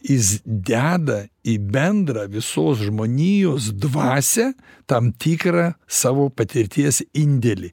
jis deda į bendrą visos žmonijos dvasią tam tikrą savo patirties indėlį